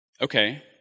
okay